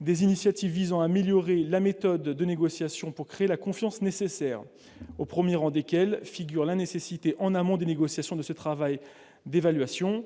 des initiatives visant à améliorer la méthode de négociation pour créer la confiance nécessaire au 1er rang desquelles figure la nécessité en amont des négociations de ce travail d'évaluation,